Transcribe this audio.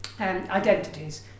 identities